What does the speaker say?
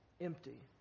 empty